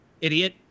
idiot